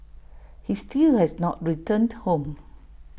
he still has not returned home